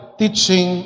teaching